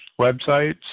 websites